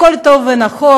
הכול טוב ונכון.